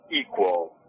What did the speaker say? equal